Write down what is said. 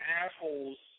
assholes